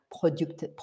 product